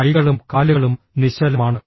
കൈകളും കാലുകളും നിശ്ചലമാണ്